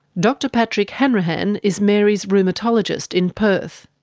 dr patrick hanrahan is mary's rheumatologist in perth.